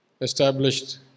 established